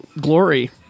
glory